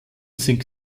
sind